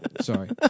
Sorry